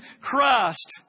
Christ